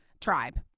tribe